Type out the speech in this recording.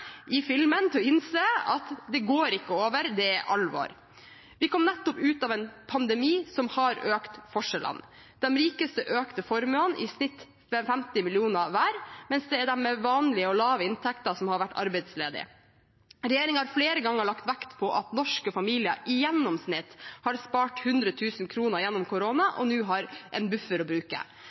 filmen til å innse at det ikke går over, det er alvor. Vi kom nettopp ut av en pandemi som har økt forskjellene. De rikeste økte formuene i snitt med 50 mill. kr hver, mens det er de med vanlige og lave inntekter som har vært arbeidsledige. Regjeringen har flere ganger lagt vekt på at norske familier i gjennomsnitt har spart 100 000 kr gjennom koronaen og nå har en buffer å bruke.